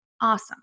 Awesome